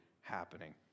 happening